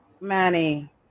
Manny